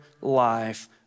life